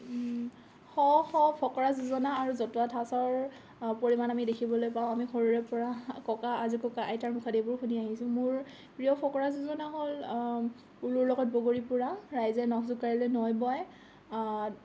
শ শ ফকৰা যোজনা আৰু জতুৱা ঠাঁচৰ পৰিমাণ আমি দেখিবলে পাওঁ আমি সৰুৰে পৰা ককা আজো ককা আইতাৰ মুখত এইবোৰ শুনি আহিছোঁ মোৰ প্ৰিয় ফকৰা যোজনা হ'ল উলুৰ লগত বগৰী পোৰা ৰাইজে নখ জোকাৰিলে নৈ বয়